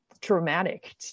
traumatic